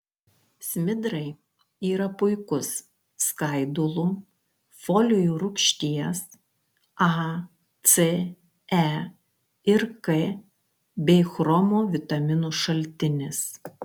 smidrai yra puikus skaidulų folio rūgšties a c e ir k bei chromo vitaminų šaltinis